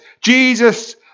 Jesus